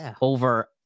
over